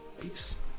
Peace